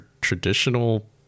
traditional